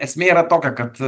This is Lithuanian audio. esmė yra tokia kad